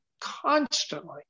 constantly